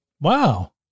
Wow